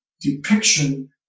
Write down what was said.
depiction